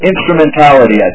Instrumentality